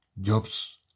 jobs